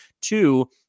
two